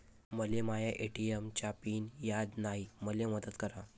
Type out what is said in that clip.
मले माया ए.टी.एम चा पिन याद नायी, मले मदत करा